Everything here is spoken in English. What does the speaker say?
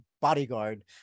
bodyguard